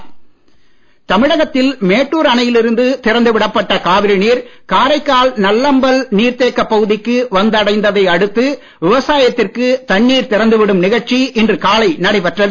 காரைக்கால் காவிரி தமிழகத்தில் மேட்டுர் அணையில் இருந்து திறந்து விடப்பட்ட காவிரி நீர் காரைக்கால் நல்லாம்பாள் நீர்த் தேக்க பகுதிக்கு வந்து அடைந்ததை அடுத்து விவசாயத்திற்கு தண்ணீர் திறந்து விடும் நிகழ்ச்சி இன்று காலை நடைபெற்றது